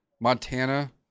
montana